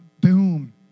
boom